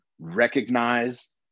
recognize